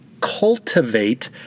cultivate